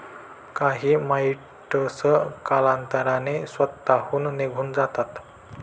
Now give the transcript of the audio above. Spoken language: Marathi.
काही माइटस कालांतराने स्वतःहून निघून जातात